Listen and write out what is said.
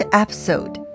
episode